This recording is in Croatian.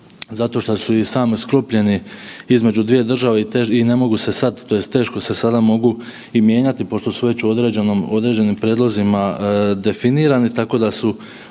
zato šta su i sami sklopljeni između dvije države i ne mogu se sad tj. teško se sada i mijenjati pošto su već u određenim prijedlozima definirani tako da su